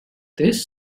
this